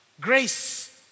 Grace